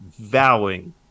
vowing